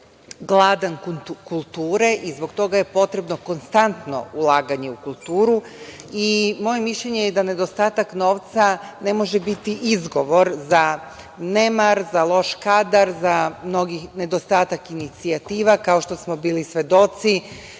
gladan kulture i zbog toga je potrebno konstantno ulaganje u kulturu i moje mišljenje je da nedostatak novca ne može biti i izgovor za nemar, za loš kadar, za mnogi nedostatak inicijativa, kao što smo bili svedoci